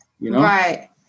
right